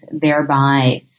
thereby